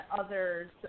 others